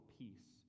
peace